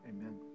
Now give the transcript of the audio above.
Amen